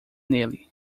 nele